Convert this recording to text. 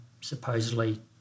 supposedly